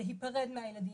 להיפרד מהילדים,